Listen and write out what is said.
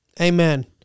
Amen